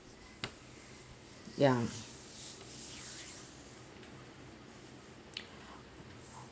ya